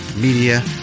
Media